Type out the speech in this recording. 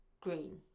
Green